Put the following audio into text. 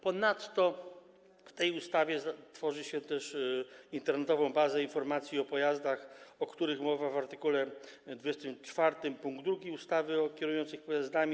Ponadto w tej ustawie tworzy się też internetową bazę informacji o pojazdach, o których mowa w art. 24 pkt 2 ustawy o kierujących pojazdami.